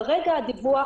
כרגע הדיווח: